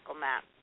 map